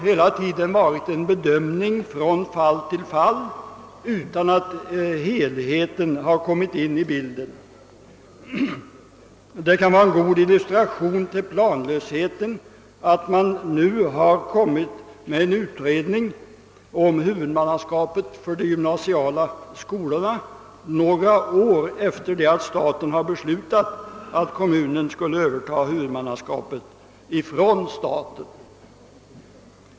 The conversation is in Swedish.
Hela tiden har det gjorts bedömningar från fall till fall utan att helheten har kommit in i bilden. Det kan vara en god illustration till planlösheten att man nu har presenterat en utredning om huvudmannaskapet för de gymnasiala skolorna — några år efter det att staten har beslutat att kommunerna skulle överta huvudmannaskapet från staten.